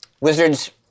wizards